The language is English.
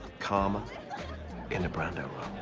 k'harma in the brando